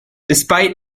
despite